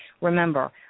Remember